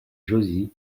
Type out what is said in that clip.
josy